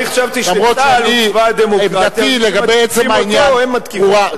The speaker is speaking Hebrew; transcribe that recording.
אף שעמדתי לגבי עצם העניין ברורה,